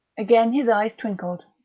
again his eyes twinkled.